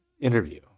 interview